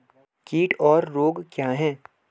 कीट और रोग क्या हैं?